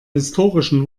historischen